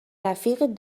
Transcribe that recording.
رفیق